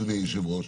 אדוני היושב ראש,